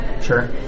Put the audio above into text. sure